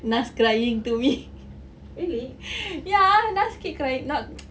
naz crying to me ya naz keep crying not